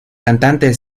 cantante